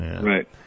right